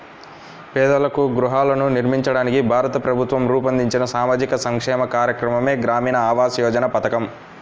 పేదలకు గృహాలను నిర్మించడానికి భారత ప్రభుత్వం రూపొందించిన సామాజిక సంక్షేమ కార్యక్రమమే గ్రామీణ ఆవాస్ యోజన పథకం